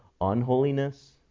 unholiness